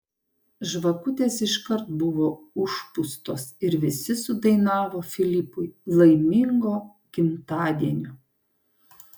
žvakutės iškart buvo užpūstos ir visi sudainavo filipui laimingo gimtadienio